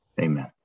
Amen